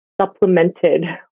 supplemented